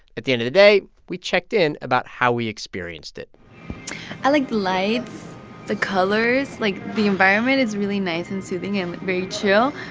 at the end of the day, we checked in about how we experienced it i like like the the colors. like, the environment is really nice and soothing and very chill.